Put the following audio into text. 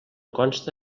consta